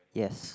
yes